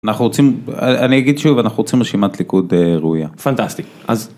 אנחנו רוצים, אני אגיד שוב, אנחנו רוצים rשימת ליכוד ראויה. פנטסטי.